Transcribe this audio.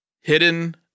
hidden